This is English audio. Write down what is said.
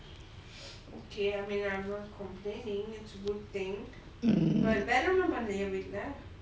mm